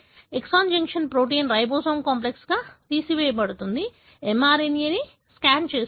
exon junction protein ribosome కాంప్లెక్స్గా తీసివేయబడుతుంది mRNA ని స్కాన్ చేస్తుంది